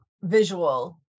visual